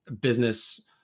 business